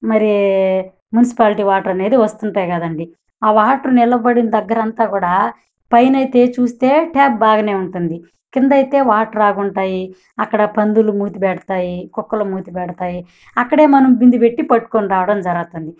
మరి municipality water అనేది వస్తుంటాయి కదండీ ఆ వాటర్ నిలబడిన దగ్గరంతా కూడా పైన అయితే చూస్తే ట్యాప్ బాగానే ఉంటుంది క్రింద అయితే వాటర్ ఆగి ఉంటాయి అక్కడ పందులు మూతి పెడతాయి కుక్కల మూతి పెడతాయి అక్కడే మనం బింద పెట్టి పట్టుకొని రావడం జరుగుతుంది